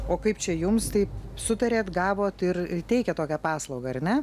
o kaip čia jums taip sutarėt gavot ir ir teikiat tokią paslaugą ar ne